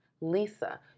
Lisa